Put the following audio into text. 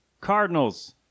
Cardinals